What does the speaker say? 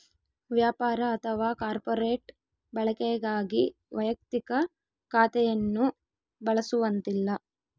ವ್ಯಾಪಾರ ಅಥವಾ ಕಾರ್ಪೊರೇಟ್ ಬಳಕೆಗಾಗಿ ವೈಯಕ್ತಿಕ ಖಾತೆಯನ್ನು ಬಳಸುವಂತಿಲ್ಲ